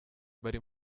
bari